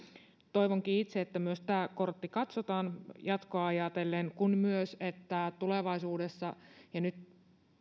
toivonkin itse että myös tämä kortti katsotaan jatkoa ajatellen toivon myös että tulevaisuudessa ja nyt